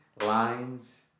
lines